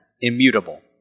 immutable